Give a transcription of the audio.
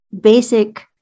basic